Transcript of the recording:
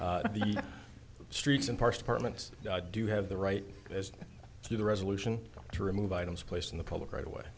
when the streets and parks departments do have the right as to the resolution to remove items placed in the public right away